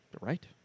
right